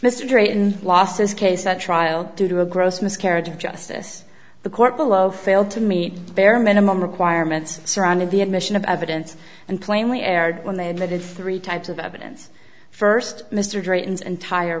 mr drayton lost his case at trial due to a gross miscarriage of justice the court below failed to meet bare minimum requirements surrounding the admission of evidence and plainly erred when they admitted three types of evidence first mr